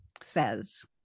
says